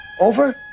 Over